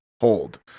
hold